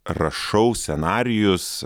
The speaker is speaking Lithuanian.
rašau scenarijus